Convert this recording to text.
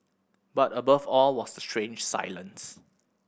but above all was the strange silence